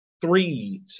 three